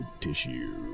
tissue